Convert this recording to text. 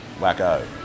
wacko